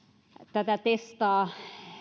tätä testaa